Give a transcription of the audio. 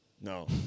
No